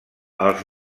els